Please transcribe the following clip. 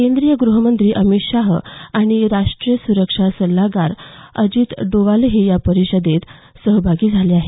केंद्रीय ग्रहमंत्री अमित शाह आणि राष्ट्रीय सुरक्षा सुल्लागार अजित डोवालही या परिषदेमधे सहभागी झाले आहेत